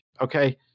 Okay